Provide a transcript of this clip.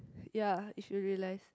ya if you realize